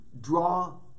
draw